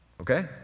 okay